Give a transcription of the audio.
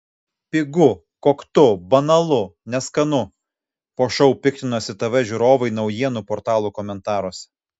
pigu koktu banalu neskanu po šou piktinosi tv žiūrovai naujienų portalų komentaruose